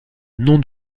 nom